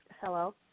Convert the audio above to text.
Hello